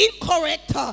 incorrect